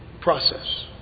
process